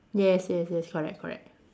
yes yes yes correct correct